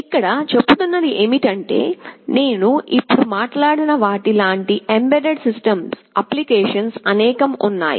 ఇక్కడ చెబుతున్నది ఏమిటంటే నేను ఇప్పుడు మాట్లాడిన వాటి లాంటి ఎంబెడెడ్ సిస్టమ్ అప్లికేషన్లు అనేకం ఉన్నాయి